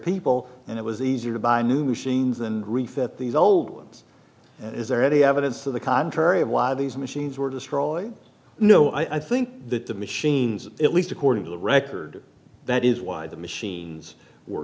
people and it was easy to buy new machines and refit these old ones is there any evidence to the contrary of lot of these machines were destroyed no i think that the machines at least according to the record that is why the machines